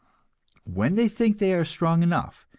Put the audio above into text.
when they think they are strong enough,